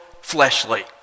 fleshly